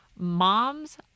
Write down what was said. moms